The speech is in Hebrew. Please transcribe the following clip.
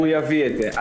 הוא יביא את זה.